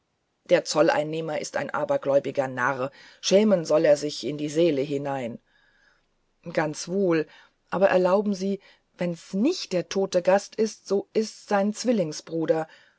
der zolleinnehmer ist ein abergläubiger narr schämen sollte er sich in die seele hinein ganz wohl aber erlauben sie wenn's nicht der tote gast ist so ist's sein zwillingsbruder